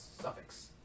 suffix